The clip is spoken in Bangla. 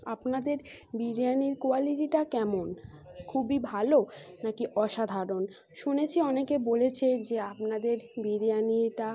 আপনাদের বিরিয়ানির কোয়ালিটিটা কেমন খুবই ভালো নাকি অসাধারণ শুনেছি অনেকে বলেছে যে আপনাদের বিরিয়ানিটা